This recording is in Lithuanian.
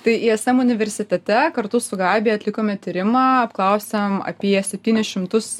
tai ism universitete kartu su gabija atlikome tyrimą apklausėm apie septynis šimtus